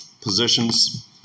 positions